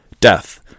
death